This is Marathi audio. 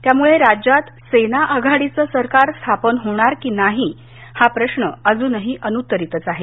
त्यामुळे राज्यात सेना आघाडीचं सरकार स्थापन होणार की नाही हा प्रश्न अजूनही अनुत्तरीतच आहे